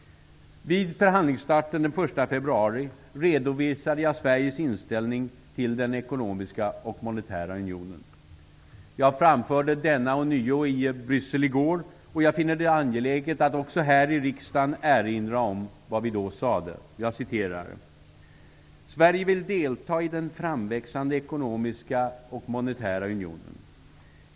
Vid förhandlingsstarten den 1 februari redovisade jag Sveriges inställning till den ekonomiska och monetära unionen. Jag framförde denna ånyo i Bryssel i går, och jag finner det angeläget att också här i riksdagen erinra om vad vi då sade: ''Sverige vill delta i den framväxande Ekonomiska och Monetära Unionen .